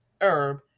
herb